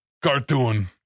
cartoon